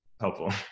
helpful